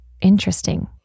interesting